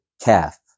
calf